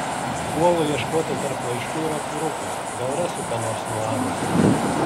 puolu ieškoti tarp laiškų ir atvirukų gal rasiu ką nors nuo anos